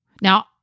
Now